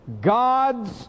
God's